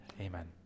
Amen